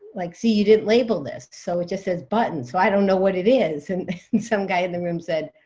like see, you didn't label this, so it just says button. so i don't know what it is. and some guy in the room said,